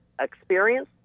experience